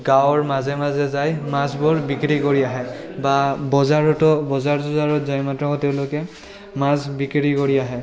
গাঁৱৰ মাজে মাজে যাই মাছবোৰ বিক্ৰী কৰি আহে বা বজাৰতো বজাৰ চজাৰত যাই মাত্ৰ তেওঁলোকে মাছ বিক্ৰী কৰি আহে